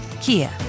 Kia